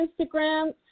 Instagram